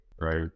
right